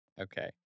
Okay